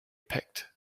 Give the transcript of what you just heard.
picked